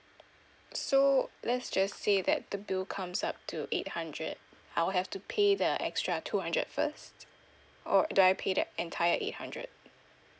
so let's just say that the bill comes up to eight hundred I'll have to pay the extra two hundred first or do I pay the entire eight hundred